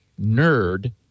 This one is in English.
nerd